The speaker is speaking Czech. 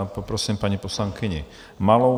Poprosím paní poslankyni Malou.